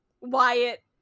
Wyatt